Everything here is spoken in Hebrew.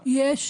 יש.